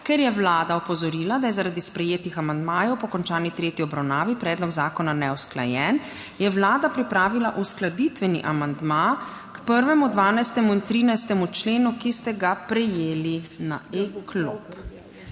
Ker je Vlada opozorila, da je zaradi sprejetih amandmajev po končani tretji obravnavi predlog zakona neusklajen, je Vlada pripravila uskladitveni amandma k 1., 12., 13. členu, ki ste ga prejeli na e-klop.